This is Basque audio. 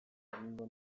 egingo